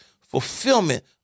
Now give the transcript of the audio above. fulfillment